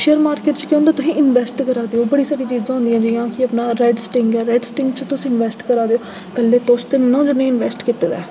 share market च केह् होंदा तुस इनवैस्ट करै दे ओ बड़ी सारी चीज़ां होंदियां जि'यां कि अपना राइट स्टिंग ऐ राइट स्टिंग च तुस इनवैस्ट करै दे ओ कल्ले तुस ते निं ना ओ जि'नें इनवैस्ट कीते दा ऐ